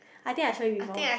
I think I show you before